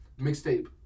mixtape